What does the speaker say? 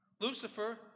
Lucifer